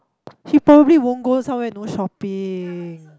he probably won't go somewhere no shopping